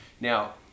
Now